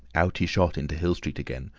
out he shot into hill street again,